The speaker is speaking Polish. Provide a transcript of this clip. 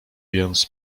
więc